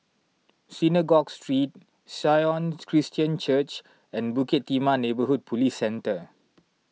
Synagogue Street Sion Christian Church and Bukit Timah Neighbourhood Police Centre